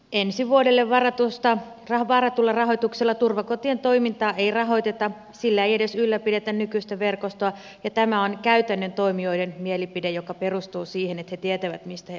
ensi vuodelle varatulla rahoituksella turvakotien toimintaa ei rahoiteta sillä ei edes ylläpidetä nykyistä verkostoa ja tämä on käytännön toimijoiden mielipide joka perustuu siihen että he tietävät mistä he puhuvat